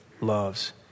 loves